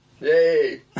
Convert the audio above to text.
Yay